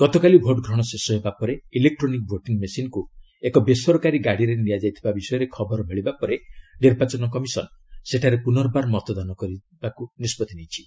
ଗତକାଲି ଭୋଟ୍ ଗ୍ରହଣ ଶେଷ ହେବା ପରେ ଇଲେକ୍ଟ୍ରୋନିକ୍ ଭୋଟିଂ ମେସିନକୁ ଏକ ବେସରକାରୀ ଗାଡ଼ିରେ ନିଆଯାଇଥିବା ବିଷୟରେ ଖବର ମିଳିବା ପରେ ନିର୍ବାଚନ କମିଶନ ସେଠାରେ ପୁନର୍ବାର ମତଦାନ କରାଯିବାକୁ ନିଷ୍ପଭି ନେଇଛି